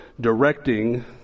directing